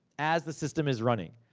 as the system is running.